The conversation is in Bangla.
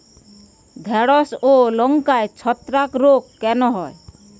ঢ্যেড়স ও লঙ্কায় ছত্রাক রোগ কেন হয়?